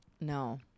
No